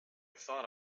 thought